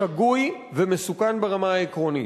שגוי ומסוכן ברמה העקרונית,